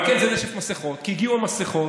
אבל כן, זה נשף מסכות, כי הגיעו המסכות,